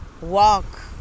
Walk